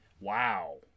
Wow